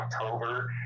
October